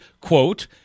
quote